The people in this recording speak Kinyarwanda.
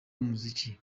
umuziki